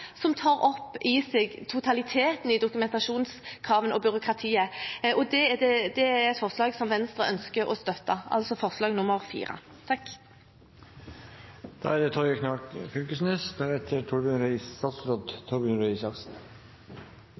som tar opp i seg totaliteten i dokumentasjonskravene og byråkratiet. Det er et forslag som Venstre ønsker å støtte, altså forslag